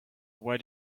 why